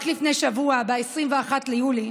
רק לפני שבוע, ב-21 ביולי,